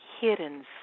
hidden